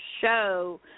show